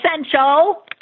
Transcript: essential